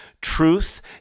truth